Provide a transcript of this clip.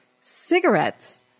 Cigarettes